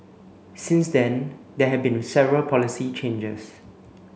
since then there had been several policy changes